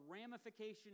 ramification